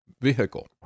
vehicle